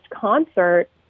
concert